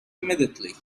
immediately